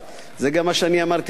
זה גם מה שאני אמרתי לעיני,